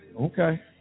Okay